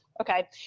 Okay